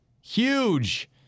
Huge